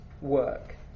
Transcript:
work